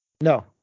no